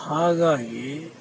ಹಾಗಾಗಿ